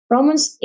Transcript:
Romans